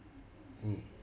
mm